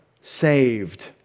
saved